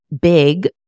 big